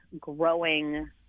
growing